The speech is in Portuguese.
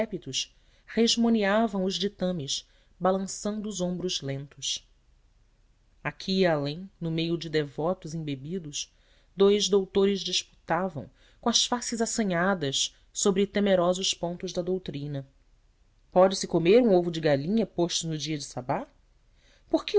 decrépitos resmoneavam os ditames balançando os ombros lentos aqui e além no meio de devotos embebidos dous doutores disputavam com as faces assanhadas sobre temerosos pontos da doutrina pode-se comer um ovo de galinha posto no dia de sabá por que